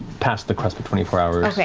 past the cusp of twenty four hours. yeah